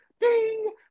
Ding